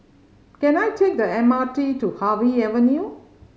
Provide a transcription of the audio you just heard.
can I take the M R T to Harvey Avenue